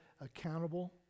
accountable